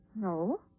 No